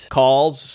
calls